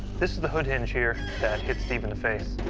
this is the hood hinge here that hit steve in the face.